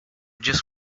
just